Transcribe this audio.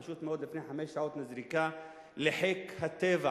פשוט מאוד לפני חמש שעות נזרקה לחיק הטבע,